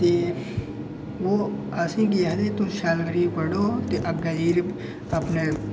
ते ओह् असें गी आखदे तुस शैल करियै पढ़ो ते अग्गें जाइयै अपने